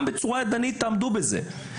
גם בצורה ידנית תעמדו בזה.